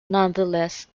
nonetheless